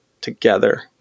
together